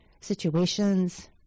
situations